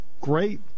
Great